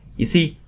you see,